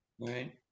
Right